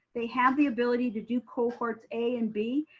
they have the ability to do cohorts a and b,